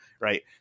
right